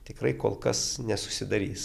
tikrai kol kas nesusidarys